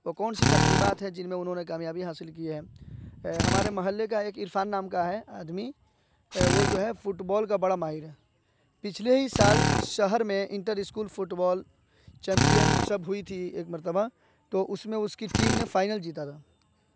وہ کون سی تقریبات ہے جن میں انہوں نے کامیابی حاصل کی ہے ہمارے محلے کا ایک عرفان نام کا ہے آدمی وہ جو ہے فٹ بال کا بڑا ماہر ہے پچھلے ہی سال شہر میں inter school football championship ہوئی تھی ایک مرتبہ تو اس میں اس کی ٹیم نے فائنل جیتا تھا